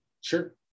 Sure